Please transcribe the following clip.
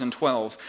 2012